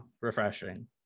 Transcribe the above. refreshing